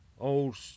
old